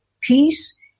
peace